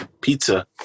pizza